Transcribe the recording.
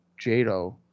Jado